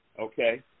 okay